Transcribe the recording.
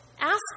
Ask